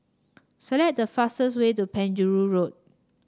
select the fastest way to Penjuru Road